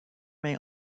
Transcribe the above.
may